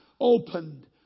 opened